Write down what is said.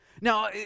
Now